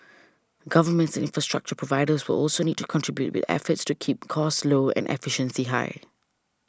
governments and infrastructure providers will also need to contribute with efforts to keep costs low and efficiency high